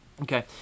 Okay